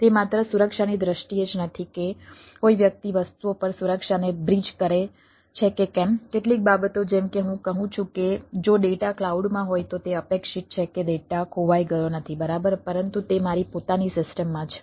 તે માત્ર સુરક્ષાની દ્રષ્ટિએ જ નથી કે કોઈ વ્યક્તિ વસ્તુઓ પર સુરક્ષાને બ્રીજ કરે છે કે કેમ કેટલીક બાબતો જેમ કે હું કહું છું કે જો ડેટા ક્લાઉડમાં હોય તો તે અપેક્ષિત છે કે ડેટા ખોવાઈ ગયો નથી બરાબર પરંતુ તે મારી પોતાની સિસ્ટમમાં છે